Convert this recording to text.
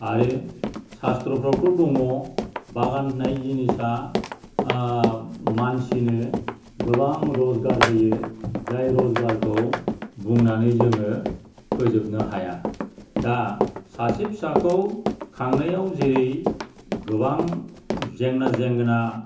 आरो सास्त्रफ्रावथ' दङ बागान होननाय जिनिसा मानसिनो गोबां रजगार होयो जाय रजगारखौ बुंनानै जोङो फोजोबनो हाया दा सासे फिसाखौ खांनायाव जेरै गोबां जेंना जेंगोना